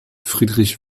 friedrich